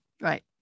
right